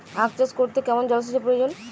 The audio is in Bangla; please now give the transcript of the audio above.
আখ চাষ করতে কেমন জলসেচের প্রয়োজন?